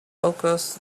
august